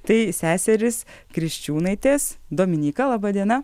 tai seserys kriščiūnaitės dominyka laba diena